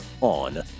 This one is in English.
on